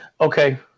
Okay